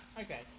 Okay